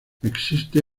existe